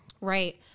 Right